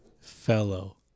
fellow